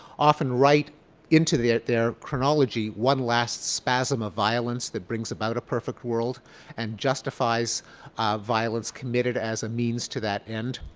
often write into their their chronology one last spasm of violence that brings about a perfect world and justifies violence committed as a means to that end.